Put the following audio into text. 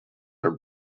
are